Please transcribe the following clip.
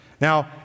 Now